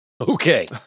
Okay